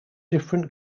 different